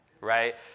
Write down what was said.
right